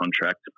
contract